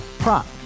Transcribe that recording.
Prop